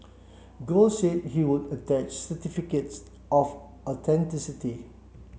gold said he would attach certificates of authenticity